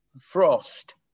Frost